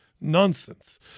Nonsense